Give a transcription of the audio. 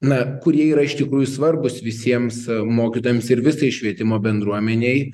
na kurie yra iš tikrųjų svarbūs visiems mokytojams ir visai švietimo bendruomenei